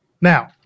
Now